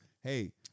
Hey